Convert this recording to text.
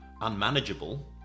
unmanageable